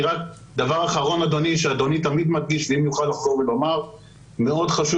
דבר אחרון, אדוני, שאדוני תמיד מדגיש, מאוד חשוב.